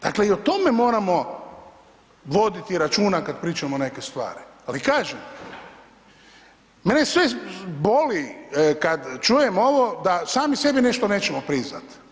Dakle i o tome moramo voditi računa kad pričamo neke stvari, ali kažem mene sve boli kad čujem ovo da sami sebi nešto nećemo priznat.